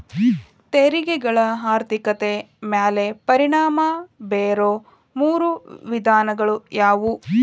ತೆರಿಗೆಗಳ ಆರ್ಥಿಕತೆ ಮ್ಯಾಲೆ ಪರಿಣಾಮ ಬೇರೊ ಮೂರ ವಿಧಾನಗಳ ಯಾವು